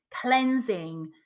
cleansing